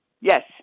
Yes